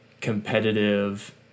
competitive